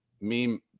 meme